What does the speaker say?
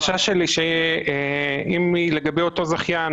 החשש שלי הוא לגבי אותו זכיין.